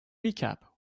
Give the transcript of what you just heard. recap